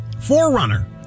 Forerunner